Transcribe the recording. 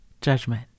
judgment